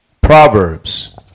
Proverbs